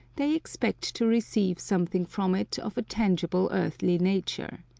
they expect to receive something from it of a tangible earthly nature.